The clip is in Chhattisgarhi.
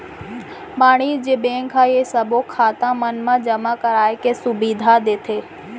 वाणिज्य बेंक ह ये सबो खाता मन मा जमा कराए के सुबिधा देथे